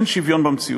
אין שוויון במציאות,